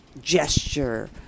gesture